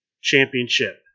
championship